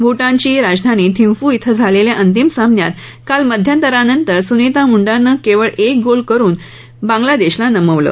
भूटानची राजधानी थिंपू इथं झालेल्या अंतिम सामन्यात काल मध्यंतरानंतर सुनीता मुंडानं केवळ एक गोल करून बांग्लादेशला नमवलं